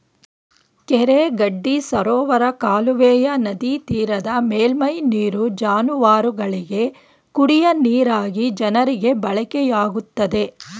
ಕೆರೆ ಗಡ್ಡಿ ಸರೋವರ ಕಾಲುವೆಯ ನದಿತೀರದ ಮೇಲ್ಮೈ ನೀರು ಜಾನುವಾರುಗಳಿಗೆ, ಕುಡಿಯ ನೀರಾಗಿ ಜನರಿಗೆ ಬಳಕೆಯಾಗುತ್ತದೆ